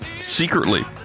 secretly